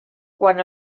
quan